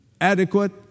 adequate